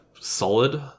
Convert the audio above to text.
solid